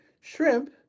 shrimp